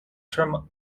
term